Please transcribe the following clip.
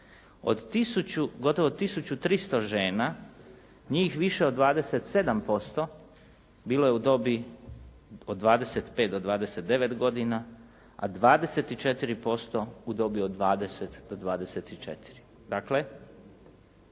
Od gotovo 1300 žena, njih više od 27% bilo je u dobi od 25 do 29 godina, a 24% u dobi od 20 do 24.